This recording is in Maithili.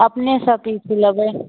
अपनेसॅं सीख लेबै